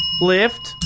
lift